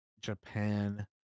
Japan